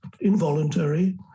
involuntary